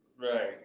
Right